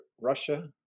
Russia